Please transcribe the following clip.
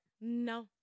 No